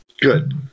Good